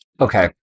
Okay